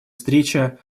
встреча